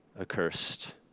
accursed